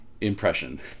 impression